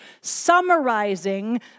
summarizing